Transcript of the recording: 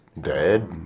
dead